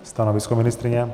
Stanovisko ministryně?